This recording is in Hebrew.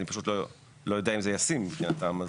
אני לא יודע אם זה ישים מבחינתם.